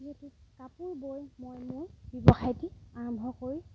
যিহেতু কাপোৰ বৈ মই মোৰ ব্যৱসায়টি আৰম্ভ কৰি